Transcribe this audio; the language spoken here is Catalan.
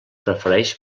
prefereix